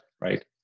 right